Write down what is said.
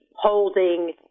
holding